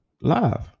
live